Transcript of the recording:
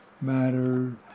matter